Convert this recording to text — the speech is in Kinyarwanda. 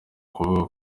kuvuga